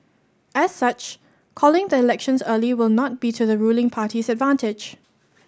as such calling the elections early will not be to the ruling party's advantage